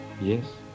Yes